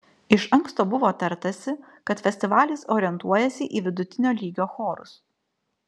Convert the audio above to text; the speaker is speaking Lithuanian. iš anksto buvo tartasi kad festivalis orientuojasi į vidutinio lygio chorus